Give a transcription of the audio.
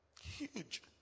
Huge